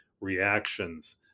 reactions